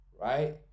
right